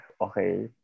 Okay